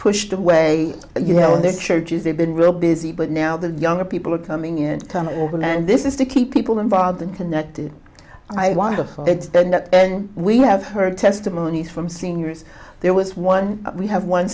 pushed away you know this church is they've been real busy but now the younger people are coming in and this is to keep people involved and connected i want to and we have heard testimonies from seniors there was one we have one